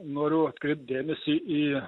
noriu atkreipt dėmesį į